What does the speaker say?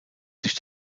sich